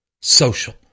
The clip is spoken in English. social